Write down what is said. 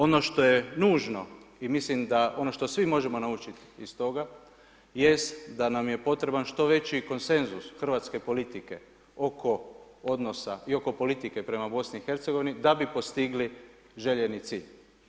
Ono što je nužno i mislim da ono što svi možemo naučiti iz toga jest da nam je potreban što veći konsenzus hrvatske politike oko odnosa i oko politike prema BiH-u da bi postigli željeni cilj.